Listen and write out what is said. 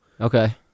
okay